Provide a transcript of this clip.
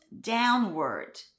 downward